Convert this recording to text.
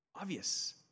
obvious